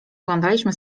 oglądaliśmy